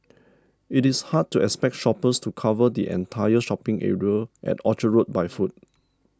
it is hard to expect shoppers to cover the entire shopping area at Orchard Road by foot